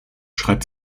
schreibt